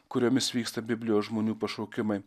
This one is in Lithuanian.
kuriomis vyksta biblijos žmonių pašaukimai